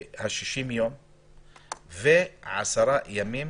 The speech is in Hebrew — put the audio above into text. ה-60 ימים ועשרת הימים